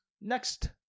Next